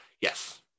Yes